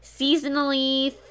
seasonally